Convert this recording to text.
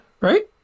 Right